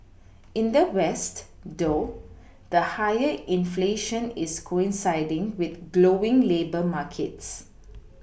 in the west though the higher inflation is coinciding with glowing labour markets